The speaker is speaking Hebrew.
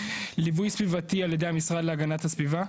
ליווי סביבתי על ידי המשרד להגנת הסביבה.